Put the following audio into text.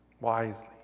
wisely